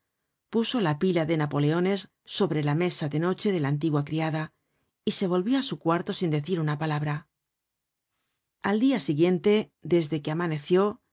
puso la pila de napoleones sobre la mesa de noche de la antigua criada y se volvió á su cuarto sin decir una palabra al dia siguiente desde que amaneció